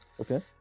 okay